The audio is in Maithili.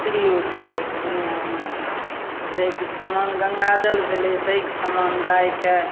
प्रिय छै दुनिआमे जाहिके समान गङ्गाजल भेलै ताहिके समान गाइके